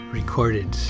recorded